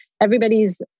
Everybody's